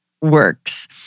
works